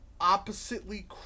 oppositely